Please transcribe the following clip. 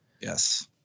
Yes